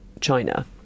China